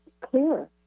clearer